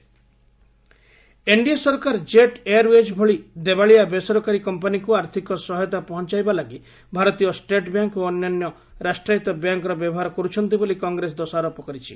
Congress Jet Airways NDA ସରକାର Jet Airways ଭଳି ଦେବାଳିଆ ବେସରକାରୀ କମ୍ପାନୀକୁ ଆର୍ଥକ ସହାୟତା ପହଞ୍ଚାଇବା ଲାଗି ଭାରତୀୟ ଷ୍ଟେଟ ବ୍ୟାଙ୍କ ଓ ଅନ୍ୟାନ୍ୟ ରାଷ୍ଟ୍ରାୟତ୍ତ ବ୍ୟାଙ୍କର ବ୍ୟବହାର କର୍ରଛନ୍ତି ବୋଲି କଂଗ୍ରେସ ଦୋଷାରୋପ କରିଛି